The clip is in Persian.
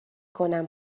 کنم